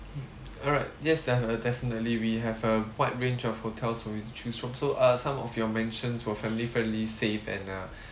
mm alright yes there uh definitely we have a wide range of hotels for you to choose from so uh some of your mentions were family friendly safe and uh